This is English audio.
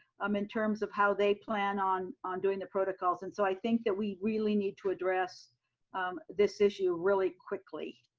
um in terms of how they plan on on doing the protocols. and so i think that we really need to address this issue really quickly